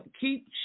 keep